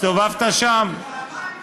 הסתובבת שם?